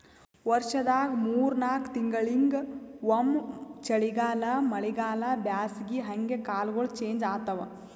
ವರ್ಷದಾಗ್ ಮೂರ್ ನಾಕ್ ತಿಂಗಳಿಂಗ್ ಒಮ್ಮ್ ಚಳಿಗಾಲ್ ಮಳಿಗಾಳ್ ಬ್ಯಾಸಗಿ ಹಂಗೆ ಕಾಲ್ಗೊಳ್ ಚೇಂಜ್ ಆತವ್